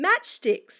matchsticks